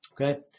Okay